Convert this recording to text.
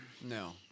No